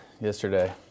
yesterday